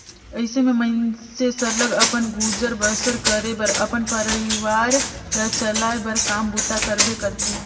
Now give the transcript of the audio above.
अइसे में मइनसे सरलग अपन गुजर बसर करे बर अपन परिवार ल चलाए बर काम बूता करबे करथे